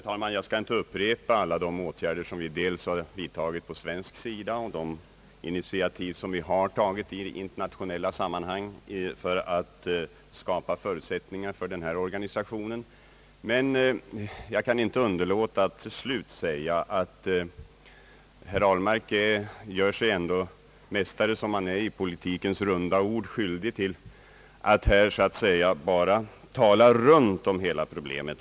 Herr talman! Jag skall inte upprepa alla de åtgärder som vi har vidtagit på svensk sida och de initiativ som vi ta Ang. oljetransporter på Östersjön, m.m. git i internationella sammanhang för att skapa förutsättningar för ifrågavarande organisation. Jag kan dock inte underlåta att till slut säga att herr Ahlmark — mästare som han är i politikens runda ord — ändå gör sig skyldig till att här bara tala runt om hela problement.